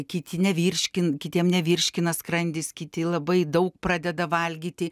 kiti nevirškin kitiem nevirškina skrandis kiti labai daug pradeda valgyti